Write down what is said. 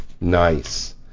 Nice